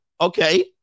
Okay